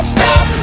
Stop